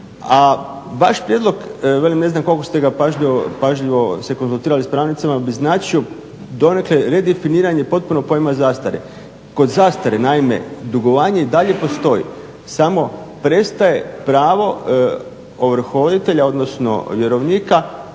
vaš prijedlog velim ne znam koliko ste ga pažljivo se konzultirali s pravnicima bi značio donekle redefiniranje potpunog pojma zastare. Kod zastare naime dugovanje i dalje postoji, samo prestaje pravo ovrhovoditelja odnosno vjerovnika